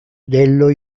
dello